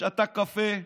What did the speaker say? שתה קפה,